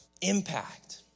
impact